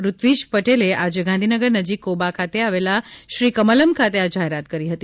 ઋત્વિજ પટેલે આજરોજ ગાંધીનગર નજીક કોબા ખાતે આવેલા શ્રીકમલમ ખાતે આ જાહેરાત કરી હતી